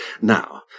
Now